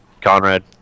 Conrad